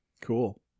Cool